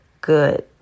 good